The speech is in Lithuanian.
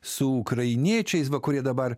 su ukrainiečiais va kurie dabar